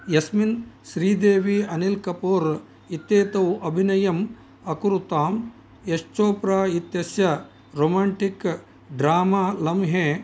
यस्मिन् श्रीदेवी अनिल् कपूर् इत्येतौ अभिनयम् अकुरुताम् यश्चोप्रा इत्यस्य रोमाण्टिक् ड्रामा लम्हे